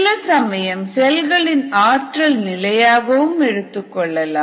சில சமயம் செல்களின் ஆற்றல் நிலையாகவும் எடுத்துக்கொள்ளலாம்